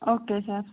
okay sir